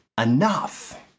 enough